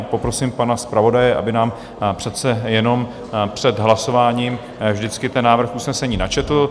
Poprosím pana zpravodaje, aby nám přece jenom před hlasováním vždycky ten návrh usnesení načetl.